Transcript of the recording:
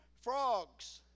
Frogs